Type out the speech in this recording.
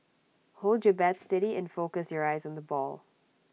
hold your bat steady and focus your eyes on the ball